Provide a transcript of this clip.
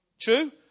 True